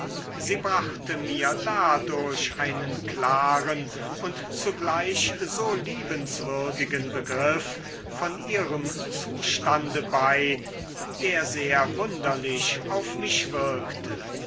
sie brachte mir dadurch einen klaren und zugleich so liebenswürdigen begriff von ihrem zustande bei der sehr wunderlich auf mich wirkte